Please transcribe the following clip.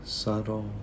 subtle